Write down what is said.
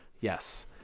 yes